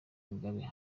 mugabe